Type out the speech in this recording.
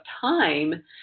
time